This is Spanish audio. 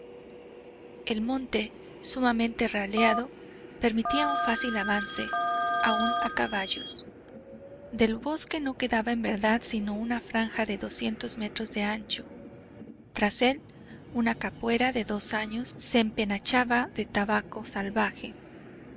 el monte sumamente raleado permitía un fácil avance aún a caballos del bosque no quedaba en verdad sino una franja de doscientos metros de ancho tras él una capuera de dos años se empenachaba de tabaco salvaje